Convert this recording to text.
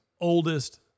oldest